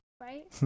right